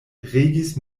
regis